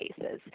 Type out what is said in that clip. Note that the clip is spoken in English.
cases